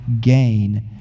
gain